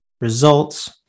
results